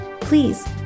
please